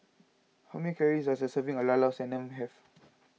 how many calories does a serving of Llao Llao Sanum have